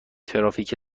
ترافیک